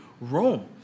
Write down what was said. Rome